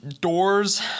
Doors